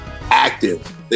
active